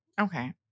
Okay